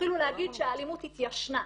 התחילו להגיד שהאלימות התיישנה.